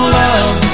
love